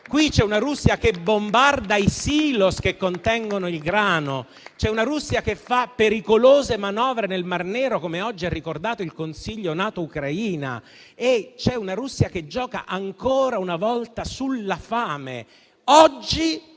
C'è una Russia che bombarda i silos che contengono il grano. Una Russia che fa pericolose manovre del Mar Nero, come oggi ha ricordato il Consiglio Nato-Ucraina. C'è una Russia che gioca ancora una volta sulla fame, oggi